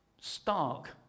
Stark